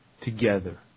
together